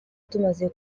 tumaze